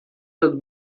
tot